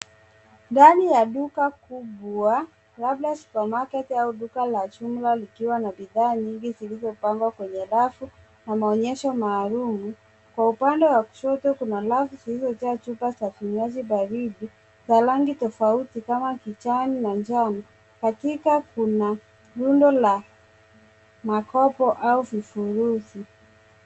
Ndani ya duka kubwa, labda supermarket au duka la jumla likiwa na bidhaa nyingi zilizopangwa kwenye rafu kwa maonyesho maalum. Kwa upande wa kushoto kuna rafu zilizojaa chupa za vinywaji baridi za rangi tofauti kama kijani na njano. Hakika kuna rundo la makopo au vifurushi.